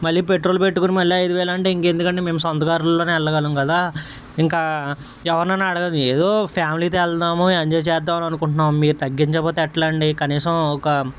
మళ్ళీ పెట్రోల్ పెట్టుకొని మళ్ళీ ఐదువేలంటే ఇంకెందుకండి మేము సొంత కార్లోనే వెళ్ళగలం గదా ఇంకా ఎవర్నన్నా అడగం ఏదో ఫ్యామిలీతో వెళ్దాము ఎంజాయ్ చేద్దాం అననుకుంటున్నాం మీరు తగ్గించకపోతే ఎట్ల అండి కనీసం ఒక